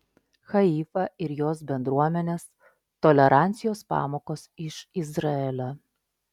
haifa ir jos bendruomenės tolerancijos pamokos iš izraelio